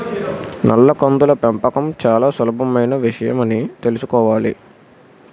నల్ల కందుల పెంపకం చాలా సులభమైన విషయమని తెలుసుకోవాలి